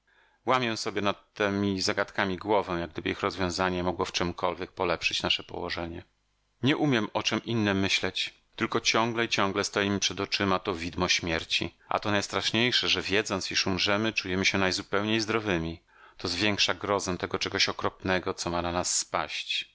łamię sobie nad temi zagadkami głowę jak gdyby ich rozwiązanie mogło w czemkolwiek polepszyć nasze położenie nie umiem o czem innem myśleć tylko ciągle i ciągle stoi mi przed oczyma to widmo śmierci a to najstraszniejsze że wiedząc iż umrzemy czujemy się najzupełniej zdrowymi to zwiększa grozę tego czegoś okropnego co ma na nas spaść